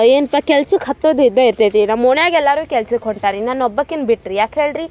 ಏನ್ಪ ಕೆಲ್ಸಕ್ಕೆ ಹತ್ತೋದು ಇದ್ದೆ ಇರ್ತೈತಿ ನಮ್ಮ ಓಣ್ಯಾಗ ಎಲ್ಲರು ಕೆಲ್ಸಕ್ಕೆ ಹೊಂಟಾರ ರೀ ನನ್ನ ಒಬ್ಬಾಕಿನ ಬಿಟ್ಟೆ ರೀ ಯಾಕೆ ಹೇಳಿ ರೀ